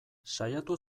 saiatu